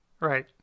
Right